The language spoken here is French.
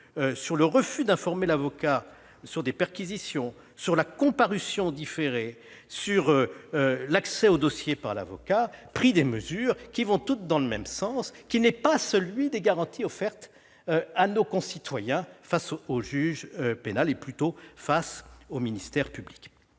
sur le refus d'informer l'avocat sur des perquisitions, sur la comparution différée, sur l'accès au dossier par l'avocat, vous avez pris des mesures qui vont toutes dans le même sens, et qui n'est pas celui des garanties offertes à nos concitoyens face au ministère public.